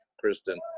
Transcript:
kristen